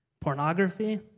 Pornography